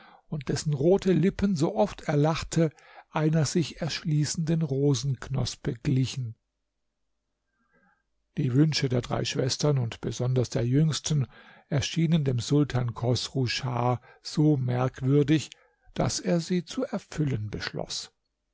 und dessen rote lippen so oft er lachte einer sich erschließenden rosenknospe glichen die wünsche der drei schwestern und besonders der jüngsten erschienen dem sultan chosru schah so merkwürdig daß er sie zu erfüllen beschloß